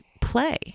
play